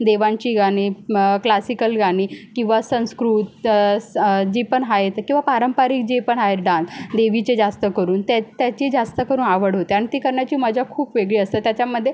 देवांची गाणी क्लासिकल गाणी किंवा संस्कृत सं जी पण आहेत किंवा पारंपारिक जे पण आहेत डान देवीचे जास्त करून त्या त्याची जास्तकरून आवड होती आणि ती करण्याची मजा खूप वेगळी असते त्याच्यामध्ये